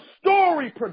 story